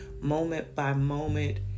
moment-by-moment